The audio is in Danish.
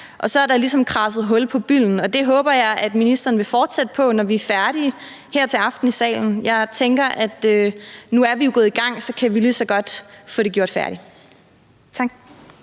for så er der ligesom kradset hul på bylden. Det håber jeg at ministeren vil fortsætte med, når vi er færdige her i salen i aften. Jeg tænker, at nu er vi jo gået i gang, og så kan vi lige så godt få det gjort færdigt.